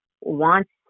wants